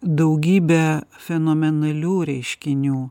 daugybę fenomenalių reiškinių